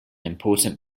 important